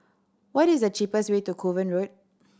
what is the cheapest way to Kovan Road